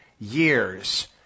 years